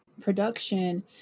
production